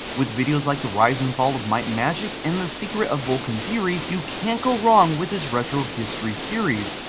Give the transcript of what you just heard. with videos like the rise and and fall of might and magic and the secret of vulcan furry, you can't go wrong with his retro histories series.